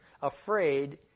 afraid